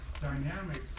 dynamics